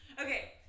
Okay